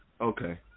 Okay